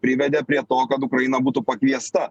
privedė prie to kad ukraina būtų pakviesta